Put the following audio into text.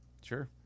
Sure